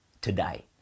today